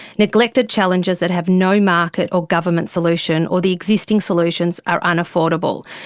neglected challenges that have no market or government solution or the existing solutions are unaffordable.